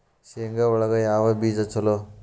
ಶೇಂಗಾ ಒಳಗ ಯಾವ ಬೇಜ ಛಲೋ?